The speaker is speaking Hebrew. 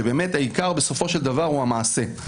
באמת העיקר בסופו של דבר הוא המעשה.